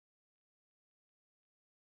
sacks there bag